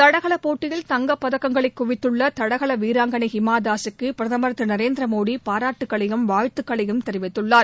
தடகளப் போட்டியில் தங்கப் பதக்கங்களை குவித்துள்ள தடகள வீராங்களை ஹிமாதாஸுக்கு பிரதமர் திரு நரேந்திர மோடி பாராட்டுக்களையும் வாழ்த்துக்களையும் தெரிவித்துள்ளார்